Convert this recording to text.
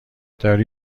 داری